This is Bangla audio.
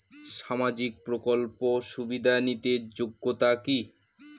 সামাজিক প্রকল্প সুবিধা নিতে যোগ্যতা কি?